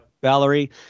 Valerie